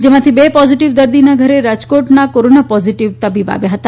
જેમાંથી બે પોઝીટીવ દર્દીના ઘરે રાજકોટના કોરોના પોઝીટીવ તબીબ આવ્યા હતા